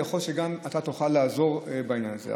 ויכול להיות שגם אתה תוכל לעזור בעניין הזה.